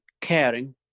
caring